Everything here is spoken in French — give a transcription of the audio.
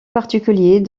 particulier